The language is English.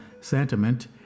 Sentiment